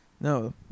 no